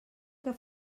que